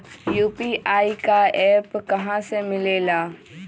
UPI का app कहा से मिलेला?